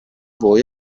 voi